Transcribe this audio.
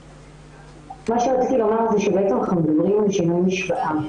אנחנו רואים שינוי משוואה.